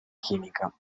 chimica